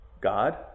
God